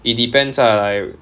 it depends ah like